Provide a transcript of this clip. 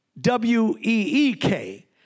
W-E-E-K